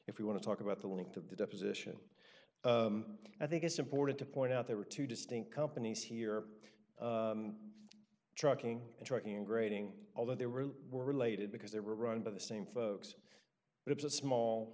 if you want to talk about the length of the deposition i think it's important to point out there are two distinct companies here trucking and trucking grating although they were related because they were run by the same folks but it's a small